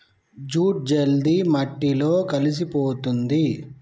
jute జల్ది మట్టిలో కలిసిపోతుంది